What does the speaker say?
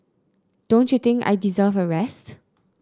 don't you think I deserve a rest